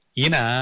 ina